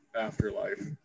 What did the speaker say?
afterlife